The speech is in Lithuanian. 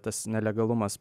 tas nelegalumas